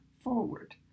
forward